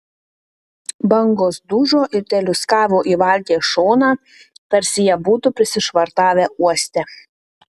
bangos dužo ir teliūskavo į valties šoną tarsi jie būtų prisišvartavę uoste